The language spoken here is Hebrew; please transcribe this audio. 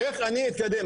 איך אני אתקדם?